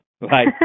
Right